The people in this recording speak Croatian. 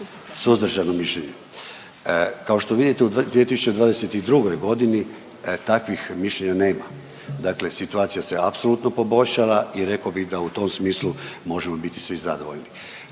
suzdržano mišljenje. Kao što vidite, u 2022. g. takvih mišljenja nema. Dakle situacija se apsolutno poboljšala i rekao bih da u tom smislu možemo biti svi zadovoljni.